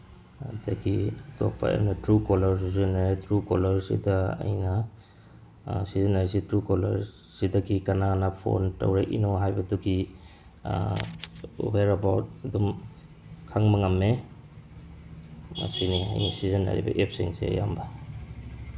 ꯑꯗꯒꯤ ꯑꯇꯣꯞꯄ ꯑꯩꯅ ꯇ꯭ꯔꯨꯀꯣꯂꯔꯁꯨ ꯁꯤꯖꯤꯟꯅꯔꯦ ꯇ꯭ꯔꯨꯀꯣꯂꯔꯁꯤꯗ ꯑꯩꯅ ꯁꯤꯖꯤꯟꯅꯔꯤꯁꯤ ꯇ꯭ꯔꯨꯀꯣꯂꯔꯁꯤꯗꯒꯤ ꯀꯅꯥꯅ ꯐꯣꯟ ꯇꯧꯔꯛꯏꯅꯣ ꯍꯥꯏꯕꯗꯨꯒꯤ ꯍ꯭ꯋꯦꯔ ꯑꯕꯥꯎꯠ ꯑꯗꯨꯝ ꯈꯪꯕ ꯉꯝꯃꯦ ꯃꯁꯤꯅꯤ ꯑꯩꯅ ꯁꯤꯖꯤꯟꯅꯔꯤꯕ ꯑꯦꯞꯁꯤꯡꯁꯦ ꯑꯌꯥꯝꯕ